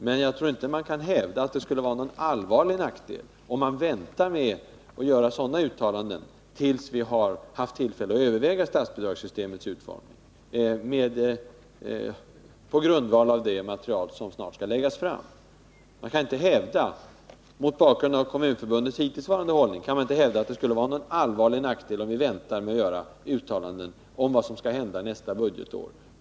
Men jag tror inte man kan hävda att det skulle vara någon allvarlig nackdel att vänta med att göra sådana uttalanden tills vi har haft tillfälle att överväga statsbidragssystemets utformning på grundval av det material som snart skall läggas fram. Mot bakgrund av Kommunförbundets hittillsvarande hållning kan man inte hävda att det skulle vara någon allvarlig nackdel om vi väntar ytterligare ett antal månader med att göra uttalanden om vad som skall hända nästa budgetår.